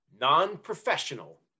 non-professional